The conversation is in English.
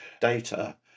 data